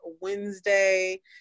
wednesday